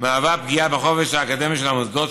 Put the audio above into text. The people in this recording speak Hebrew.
מהווה פגיעה בחופש האקדמי של המוסדות,